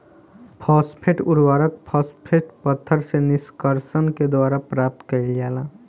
phosphate उर्वरक, phosphate पत्थर से निष्कर्षण के द्वारा प्राप्त कईल जाला